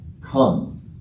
Come